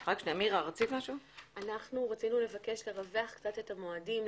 רצינו לבקש לאשר לרווח קצת את המועדים,